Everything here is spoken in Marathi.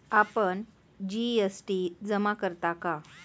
आपण जी.एस.टी जमा करता का?